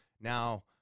Now